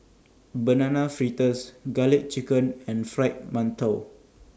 Banana Fritters Garlic Chicken and Fried mantou